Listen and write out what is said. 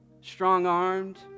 strong-armed